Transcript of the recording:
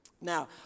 Now